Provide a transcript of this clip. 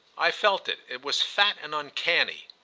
i felt it it was fat and uncanny.